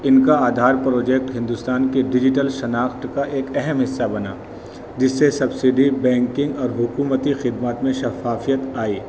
ان کا آدھار پروجیکٹ ہندوستان کے ڈیجیٹل شناخت کا ایک اہم حصہ بنا جس سے سبسڈی بینکنگ اور حکومتی خدمات میں شفافیت آئی